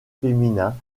féminin